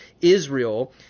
Israel